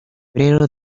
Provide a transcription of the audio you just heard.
febrero